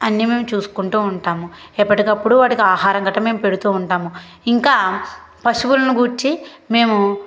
అన్నీ మేము చూసుకుంటూ ఉంటాము ఎప్పటికప్పుడు వాటికి ఆహారం గట్టా మేము పెడుతూ ఉంటాము ఇంకా పశువులను గూర్చి మేము